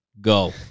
go